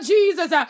Jesus